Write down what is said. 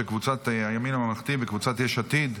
קבוצת הימין הממלכתי וקבוצת יש עתיד.